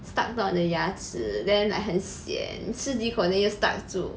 stuck 到你的牙齿 then like 很 sian 吃几口 then 又 stuck 住